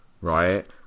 right